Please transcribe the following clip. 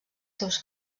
seus